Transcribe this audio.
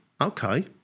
Okay